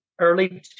early